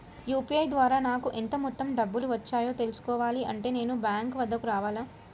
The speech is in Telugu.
యూ.పీ.ఐ ద్వారా నాకు ఎంత మొత్తం డబ్బులు వచ్చాయో తెలుసుకోవాలి అంటే నేను బ్యాంక్ వద్దకు రావాలా?